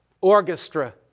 orchestra